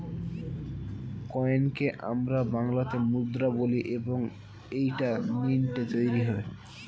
কয়েনকে আমরা বাংলাতে মুদ্রা বলি এবং এইটা মিন্টে তৈরী হয়